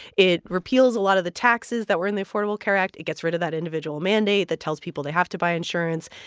it repeals a lot of the taxes that were in the affordable care act. it gets rid of that individual mandate that tells people they have to buy insurance.